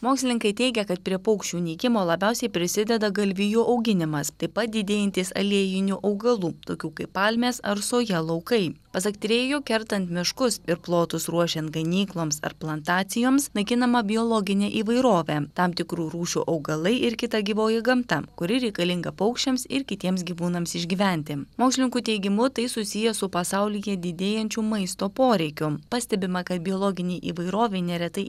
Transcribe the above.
mokslininkai teigia kad prie paukščių nykimo labiausiai prisideda galvijų auginimas taip pat didėjantys aliejinių augalų tokių kaip palmės ar soja laukai pasak tyrėjų kertant miškus ir plotus ruošiant ganykloms ar plantacijoms naikinama biologinė įvairovė tam tikrų rūšių augalai ir kita gyvoji gamta kuri reikalinga paukščiams ir kitiems gyvūnams išgyventi mokslininkų teigimu tai susiję su pasaulyje didėjančių maisto poreikių pastebima kad biologinei įvairovei neretai